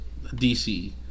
DC